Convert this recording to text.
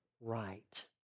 right